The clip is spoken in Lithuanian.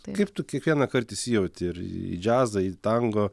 kaip tu kiekvienąkart įsijauti ir į džiazą į tango